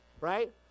Right